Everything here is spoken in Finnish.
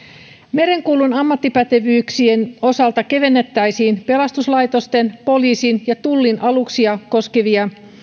merenkulun ammattipätevyyksien osalta kevennettäisiin pelastuslaitosten poliisin ja tullin aluksia koskevia